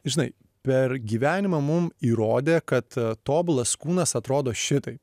žinai per gyvenimą mum įrodė kad tobulas kūnas atrodo šitaip